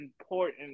important